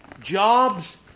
jobs